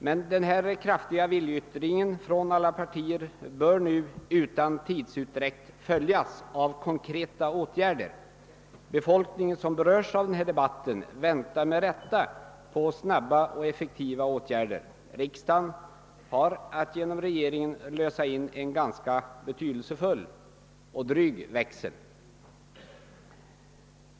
Men denna kraftiga viljeyttring från alla partier bör nu utan tidsutdräkt följas av konkreta åtgärder. Den befolkning som berörs av denna debatt väntar med rätta på snabba och effektiva åtgärder. Riksdagen har att ge nom regeringen lösa in en ganska dryg men betydelsefull växel.